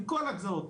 בכל הגזרות,